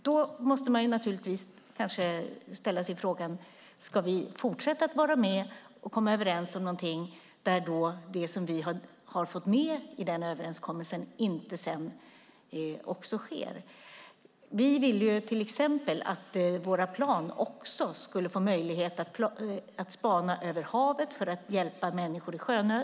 Då måste man naturligtvis ställa sig frågan: Ska vi fortsätta att vara med och komma överens om någonting när det vi har fått med i överenskommelsen sedan inte sker? Vi ville till exempel att våra plan också skulle få möjlighet att spana över havet för att hjälpa människor i sjönöd.